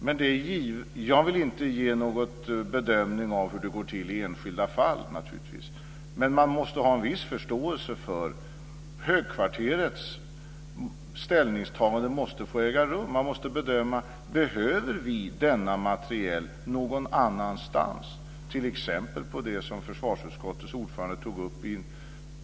Jag vill naturligtvis inte göra någon bedömning av hur det går till i enskilda fall, men man måste ha en viss förståelse för att högkvarteret måste få ta ställning. Det måste göras en bedömning av om vi behöver denna materiel någon annanstans, t.ex. i de nationella skyddsstyrkorna, som försvarsutskottets ordförande tog upp.